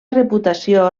reputació